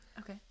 okay